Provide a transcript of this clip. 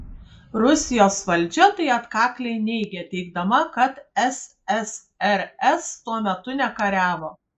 rusijos valdžia tai atkakliai neigia teigdama kad ssrs tuo metu nekariavo